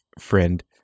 friend